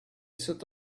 set